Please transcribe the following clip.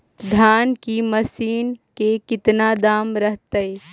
धान की मशीन के कितना दाम रहतय?